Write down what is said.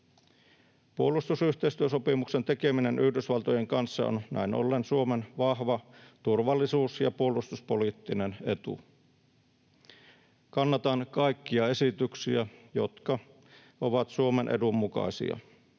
Puolustusyhteistyösopimuksen tekeminen Yhdysvaltojen kanssa on näin ollen Suomen vahva turvallisuus- ja puolustuspoliittinen etu. Kannatan kaikkia esityksiä, jotka ovat Suomen edun mukaisia